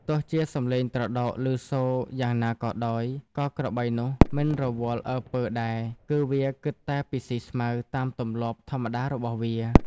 ទោះជាសំេឡងត្រដោកឮសូរយ៉ាងណាក៏ដោយ ក៏ក្របីនោះមិនរវល់អើពើដែរ គឺវាគិតតែពីស៊ីស្មៅតាមទម្លាប់ធម្មតារបស់វា។